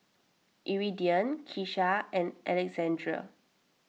Iridian Kesha and Alexandr